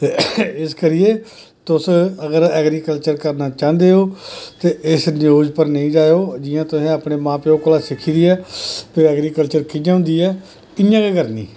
इस करियै तुस अगर ऐगरीकल्चर करना चाह्ंदे ओ ते इस न्यूज पर नेईं जाएओ एपना मां प्यो कोला सिक्खी दियां भाई ऐगरीकल्चर कियां होंदी इयां गै करनी